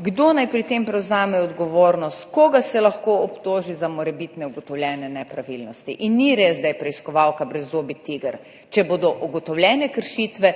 kdo naj pri tem prevzame odgovornost, koga se lahko obtoži za morebitne ugotovljene nepravilnosti. In ni res, da je preiskovalka brezzobi tiger, če bodo ugotovljene kršitve,